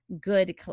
good